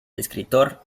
escritor